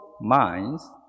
minds